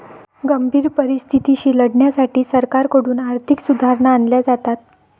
गंभीर परिस्थितीशी लढण्यासाठी सरकारकडून आर्थिक सुधारणा आणल्या जातात